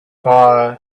fire